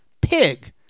pig